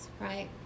right